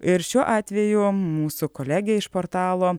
ir šiuo atveju mūsų kolegė iš portalo